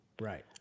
Right